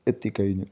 എത്തിക്കഴിഞ്ഞു